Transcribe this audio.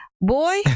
boy